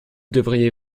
devriez